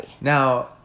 Now